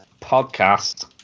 podcast